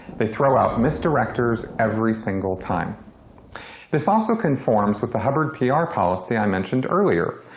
they throw out misdirectors every single time this also conforms with the hubbard pr policy i mentioned earlier.